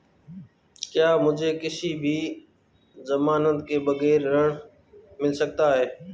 क्या मुझे किसी की ज़मानत के बगैर ऋण मिल सकता है?